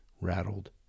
rattled